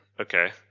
okay